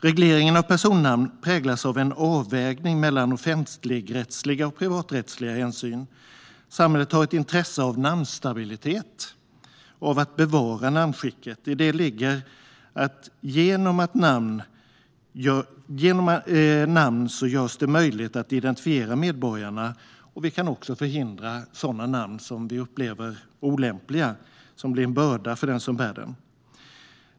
Regleringen av personnamn präglas av en avvägning mellan offentligrättsliga och privaträttsliga hänsyn. Samhället har ett intresse av namnstabilitet, av att bevara namnskicket. I det ligger att genom namn görs det möjligt att identifiera medborgarna. Det kan också förhindra sådana namn som vi upplever som olämpliga, som blir en börda för dem som bär dem.